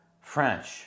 French